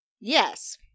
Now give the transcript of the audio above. Yes